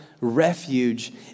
refuge